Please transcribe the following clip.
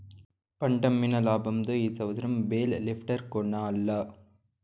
పంటమ్మిన లాబంతో ఈ సంవత్సరం బేల్ లిఫ్టర్ కొనాల్ల